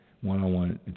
one-on-one